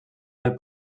del